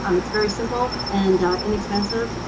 um it's very simple and inexpensive,